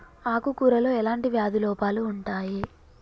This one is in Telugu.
ఆకు కూరలో ఎలాంటి వ్యాధి లోపాలు ఉంటాయి?